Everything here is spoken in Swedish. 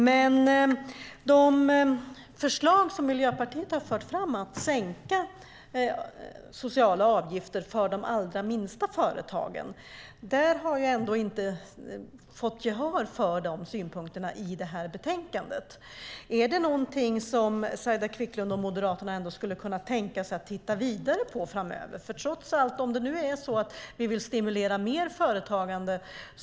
Miljöpartiet har dock inte fått gehör i betänkandet för förslaget om att sänka sociala avgifter för de allra minsta företagen. Är det något som Saila Quicklund och Moderaterna skulle kunna tänka sig att titta vidare på för att stimulera mer företagande?